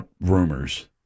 rumors